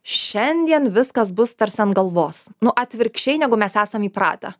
šiandien viskas bus tarsi ant galvos nu atvirkščiai negu mes esame įpratę